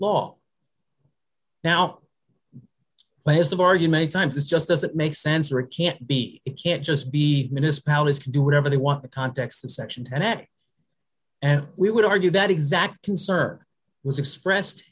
law now place of argument times is just doesn't make sense or it can't be it can't just be mis powis can do whatever they want the context in section ten x and we would argue that exact concern was expressed